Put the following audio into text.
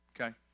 Okay